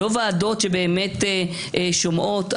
לא ועדות שבאמת שומעות.